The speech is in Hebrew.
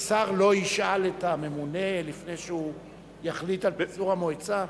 שר לא ישאל את הממונה לפני שהוא יחליט על פיזור המועצה?